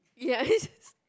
yeah it's just